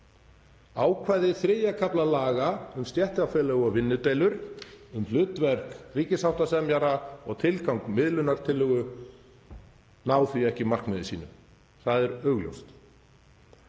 Ákvæði III. kafla laga um stéttarfélög og vinnudeilur um hlutverk ríkissáttasemjara og tilgang miðlunartillögu ná því ekki markmiði sínu. Það er augljóst.